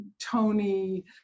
tony